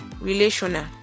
relational